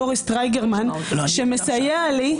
בוריס טרייגרמן שמסייע לי.